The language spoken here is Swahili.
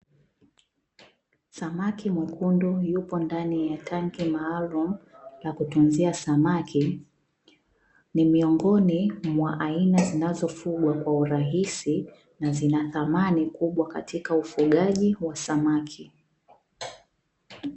Samaki mwekundu yupo ndani ya tanki maalumu la kutunzia samaki, ni miongoni mwa aina zinazofugwa kwa urahisi na zina thamani kubwa katika ufugaji wa samaki.